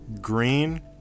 green